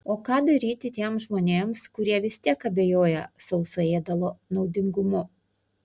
o ką daryti tiems žmonėms kurie vis tiek abejoja sauso ėdalo naudingumu